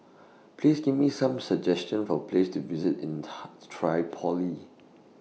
Please Give Me Some suggestions For Places to visit in Tripoli